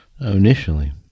Initially